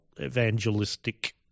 evangelistic